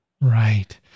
Right